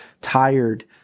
tired